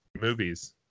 movies